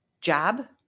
jab